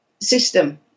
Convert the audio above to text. system